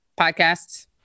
podcasts